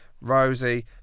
Rosie